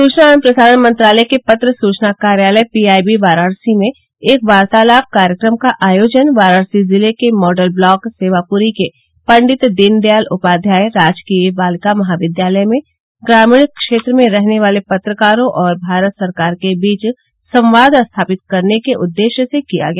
सूचना एवं प्रसारण मंत्रालय के पत्र सूचना कार्यालय पीआईबी वाराणसी में एक वार्तालाप कार्यक्रम का आयोजन वाराणसी जिले के मॉडल ब्लॉक सेवापुरी के पंडित दीनदयाल उपाध्याय राजकीय बालिका महाविद्यालय में ग्रामीण क्षेत्र में रहने वाले पत्रकारों और भारत सरकार के बीच संवाद स्थापित करने के उददेश्य से किया गया